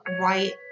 white